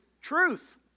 truth